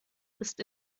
ist